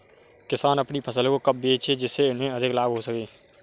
किसान अपनी फसल को कब बेचे जिसे उन्हें अधिक लाभ हो सके?